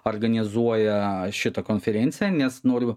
organizuoja šitą konferenciją nes noriu